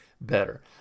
better